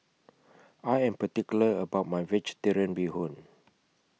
I Am particular about My Vegetarian Bee Hoon